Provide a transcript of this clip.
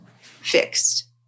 fixed